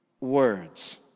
words